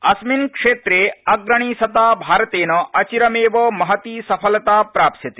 स्मिन् क्षेत्रे ग्रणीसता भारतेन चिरमेव महती सफलता प्राप्स्यते